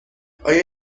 آیا